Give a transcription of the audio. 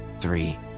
three